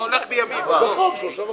לא, שלושה וחצי.